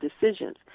decisions